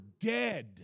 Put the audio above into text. dead